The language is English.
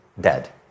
dead